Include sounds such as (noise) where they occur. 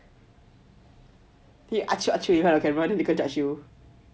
then you (noise) (noise) in front of the camera then people judge you